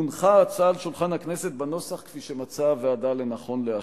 הונחה ההצעה על שולחן הכנסת בנוסח כפי שמצאה הוועדה לנכון לאשר.